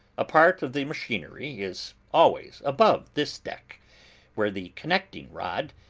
a part of the machinery is always above this deck where the connecting-rod,